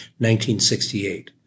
1968